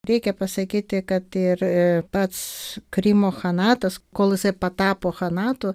reikia pasakyti kad ir pats krymo chanatas kol jisai patapo chanatu